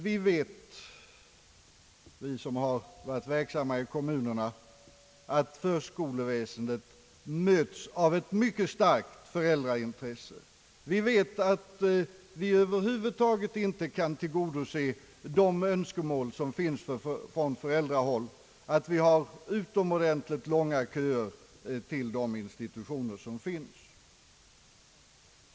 Vi som har varit verksamma i kommunerna vet att förskoleväsendet möts av ett mycket starkt föräldraintresse. Vi kan över huvud taget inte tillgodose önskemålen från föräldrahåll, och vi har utomordentligt långa köer till de institutioner som finns.